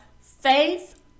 Faith